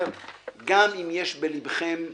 גם אם יש בלבכם הרבה,